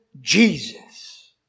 Jesus